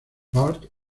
bart